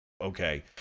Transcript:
Okay